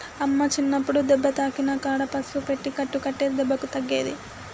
అమ్మ చిన్నప్పుడు దెబ్బ తాకిన కాడ పసుపు పెట్టి కట్టు కట్టేది దెబ్బకు తగ్గేది